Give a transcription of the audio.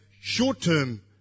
short-term